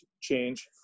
change